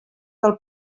del